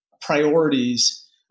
priorities